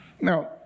Now